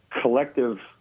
collective